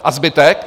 A zbytek?